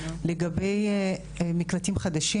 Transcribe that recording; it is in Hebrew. לגבי מקלטים חדשים,